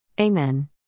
Amen